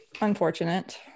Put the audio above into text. unfortunate